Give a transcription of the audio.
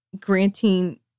granting